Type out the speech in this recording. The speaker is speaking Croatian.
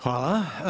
Hvala.